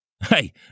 Hey